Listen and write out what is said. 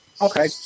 Okay